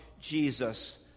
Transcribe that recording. Jesus